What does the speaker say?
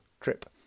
trip